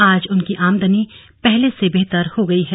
आज उनकी आमदनी पहले से बेहतर हो गई है